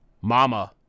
Mama